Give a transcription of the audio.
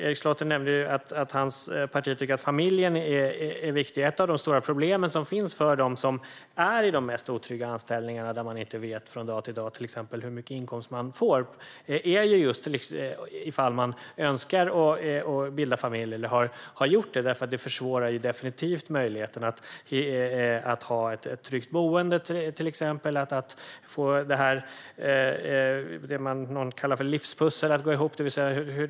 Erik Slottner nämnde att hans parti tycker att familjen är viktig. Ett av de stora problemen för dem som är i de mest otrygga anställningarna, där man inte vet från dag till dag hur mycket inkomst man får, uppstår om man önskar bilda familj eller har gjort det, för det försvårar definitivt möjligheterna att ha ett tryggt boende och att få det som någon kallar för livspusslet att gå ihop.